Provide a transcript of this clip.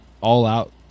all-out